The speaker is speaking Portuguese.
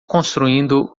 construindo